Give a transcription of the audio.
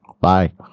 Bye